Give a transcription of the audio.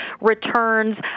returns